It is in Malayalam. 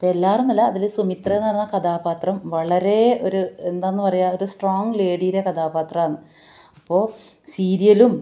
ഇപ്പോൾ എല്ലാവരും നല്ല അതില് സുമിത്ര എന്ന് പറഞ്ഞ കഥാപാത്രം വളരെ ഒരു എന്താന്ന് പറയുക ഒരു സ്ട്രോങ് ലേഡിയുടെ കഥാപാത്രമാണ് അപ്പോൾ സീരിയലും